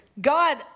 God